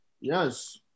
Yes